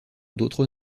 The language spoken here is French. d’autres